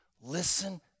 Listen